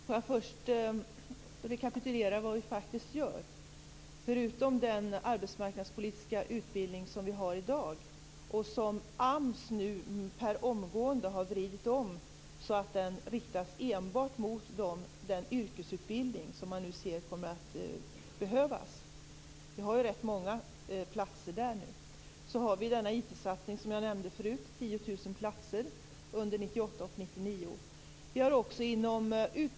Fru talman! Låt mig rekapitulera vad vi faktiskt gör. Förutom den arbetsmarknadspolitiska utbildning som finns i dag - och som AMS per omgående har riktat mot den yrkesutbildning som behövs, det finns många platser där - har vi 10 000 platser under 1998 och 1999 i IT-satsningen jag nämnde tidigare.